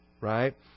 Right